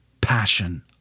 passion